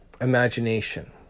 imagination